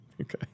Okay